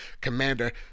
Commander